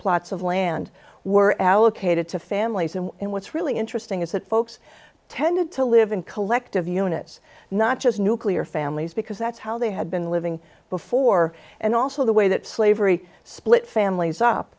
plots of land were allocated to families and what's really interesting is that folks tended to live in collective units not just nuclear families because that's how they had been living before and also the way that slavery split